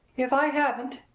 if i haven't,